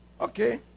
Okay